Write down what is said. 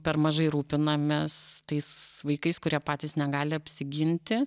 per mažai rūpinamės tais vaikais kurie patys negali apsiginti